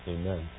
amen